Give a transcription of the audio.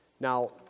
Now